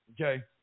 okay